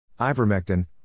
Ivermectin